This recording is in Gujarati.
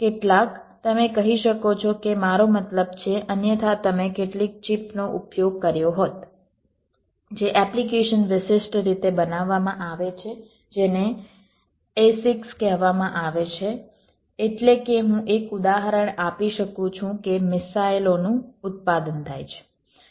કેટલાક તમે કહી શકો છો કે મારો મતલબ છે અન્યથા તમે કેટલીક ચિપનો ઉપયોગ કર્યો હોત જે એપ્લિકેશન વિશિષ્ટ રીતે બનાવવામાં આવે છે જેને ASICs કહેવામાં આવે છે એટલે કે હું એક ઉદાહરણ આપી શકું છું કે મિસાઇલો નું ઉત્પાદન થાય છે